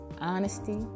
honesty